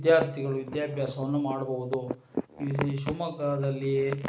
ವಿದ್ಯಾರ್ಥಿಗಳು ವಿದ್ಯಾಭ್ಯಾಸವನ್ನು ಮಾಡ್ಬೋದು ಈ ಈ ಶಿವಮೊಗ್ಗಾದಲ್ಲಿ